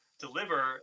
deliver